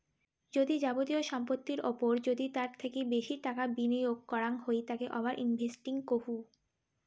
যদি যাবতীয় সম্পত্তির ওপর যদি তার থাকি বেশি টাকা বিনিয়োগ করাঙ হই তাকে ওভার ইনভেস্টিং কহু